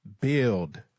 build